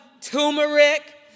turmeric